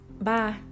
Bye